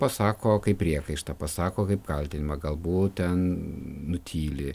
pasako kaip priekaištą pasako kaip kaltinimą galbūt ten nutyli